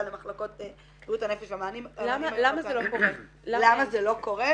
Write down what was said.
למחלקות בריאות הנפש והמענים -- למה זה לא קורה?